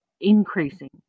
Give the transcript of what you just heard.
increasing